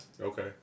Okay